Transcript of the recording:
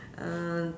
uh